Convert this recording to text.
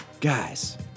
Guys